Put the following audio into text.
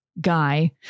guy